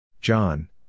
John